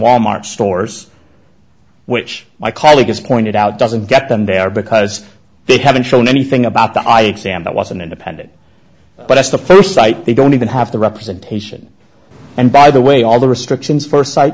walmart stores which my colleague has pointed out doesn't get them there because they haven't shown anything about the eye exam that was an independent but that's the first site they don't even have the representation and by the way all the restrictions first si